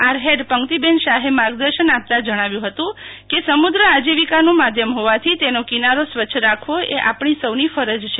R હેડ પંક્તિબેન શાહે માર્ગર્જાન આપતા જણાવ્યુ હત્તુ કે સમુદ્ર આજીવિકાનું માધ્યમ હોવાથી તેનો કિનારો સ્વચ્છ રાખવો એ આપણી સૌની ફરજ છે